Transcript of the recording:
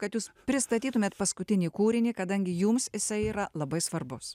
kad jūs pristatytumėt paskutinį kūrinį kadangi jums jisai yra labai svarbus